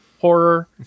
horror